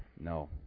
No